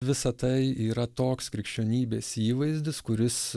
visa tai yra toks krikščionybės įvaizdis kuris